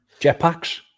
Jetpacks